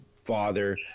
father